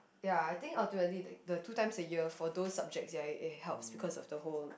ya I think ultimately the the two times a year for those subjects ya it helps because of the whole